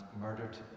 murdered